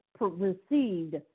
received